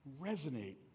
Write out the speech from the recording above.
resonate